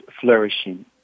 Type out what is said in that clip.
flourishing